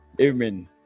amen